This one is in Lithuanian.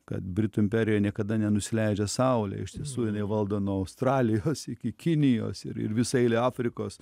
kad britų imperijoje niekada nenusileidžia saulė iš tiesų valdo nuo australijos iki kinijos ir visa eilė afrikos